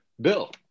bill